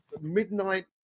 midnight